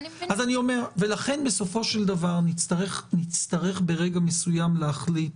ולכן בסופו של דבר נצטרך ברגע מסוים להחליט